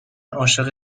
عاشق